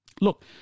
look